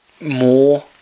more